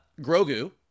Grogu